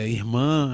irmã